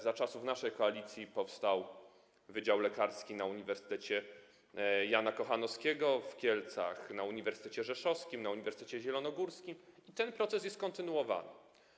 Za czasów naszej koalicji powstał Wydział Lekarski na Uniwersytecie Jana Kochanowskiego w Kielcach, na Uniwersytecie Rzeszowskim, na Uniwersytecie Zielonogórskim, i ten proces jest kontynuowany.